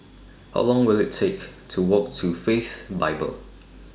How Long Will IT Take to Walk to Faith Bible